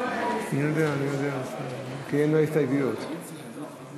חוק איסור הפליה מחמת גיל (תיקוני חקיקה),